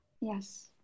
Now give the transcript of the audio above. yes